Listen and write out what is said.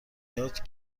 یاد